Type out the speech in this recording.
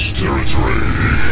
territory